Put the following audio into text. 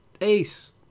ace